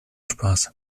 spaß